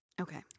Okay